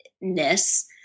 ness